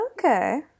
Okay